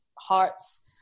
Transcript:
Hearts